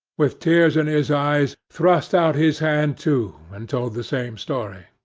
with tears in his eyes, thrust out his hand too, and told the same story.